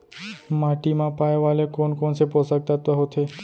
माटी मा पाए वाले कोन कोन से पोसक तत्व होथे?